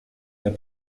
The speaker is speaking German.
der